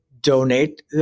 donate